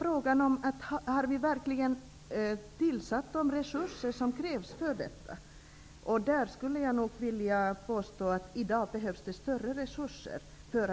Frågan är om vi verkligen tillsatt de resurser som krävs för detta. Där skulle jag nog vilja påstå att det i dag behövs större resurser.